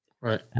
right